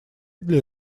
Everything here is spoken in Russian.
для